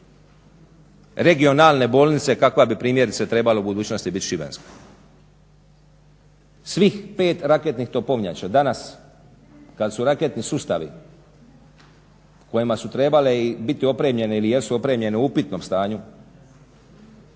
regionalne bolnice kakva bi primjerice trebala u budućnosti bit šibenska. Svih 5 raketnih topovnjača danas kada su raketni sustavi kojima su trebale biti opremljene ili jesu opremljene u upitnom stanju,